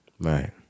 Right